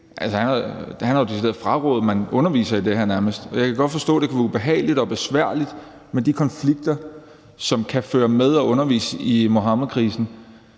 Han har jo decideret frarådet, at man underviser i det her, og jeg kan også godt forstå, at det kan være både ubehageligt og besværligt med de konflikter, som det kan føre med sig at undervise i Muhammedkrisen.